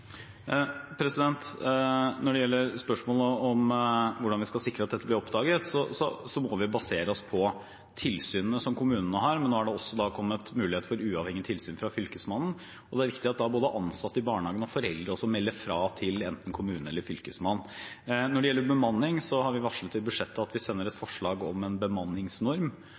Når det gjelder spørsmålet om hvordan vi skal sikre at dette blir oppdaget, må vi basere oss på tilsynene som kommunene har. Nå har det også kommet en mulighet for uavhengige tilsyn fra fylkesmannen. Det er viktig at både ansatte i barnehagen og foreldre melder fra til enten kommunen eller fylkesmannen. Når det gjelder bemanning, har vi varslet i budsjettet at vi sender et forslag om en bemanningsnorm